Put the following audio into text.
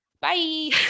bye